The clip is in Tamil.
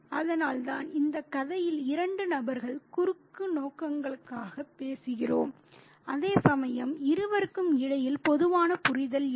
அதனால்தான் இந்த கதையில் இரண்டு நபர்கள் குறுக்கு நோக்கங்களுக்காக பேசுகிறோம் அதேசமயம் இருவருக்கும் இடையில் பொதுவான புரிதல் இல்லை